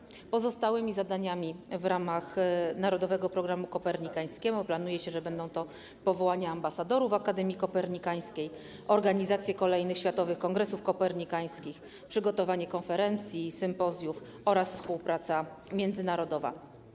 Planuje się, że pozostałymi zadaniami w ramach Narodowego Programu Kopernikańskiego będą: powołania ambasadorów Akademii Kopernikańskiej, organizacje kolejnych światowych kongresów kopernikańskich, przygotowanie konferencji i sympozjów oraz współpraca międzynarodowa.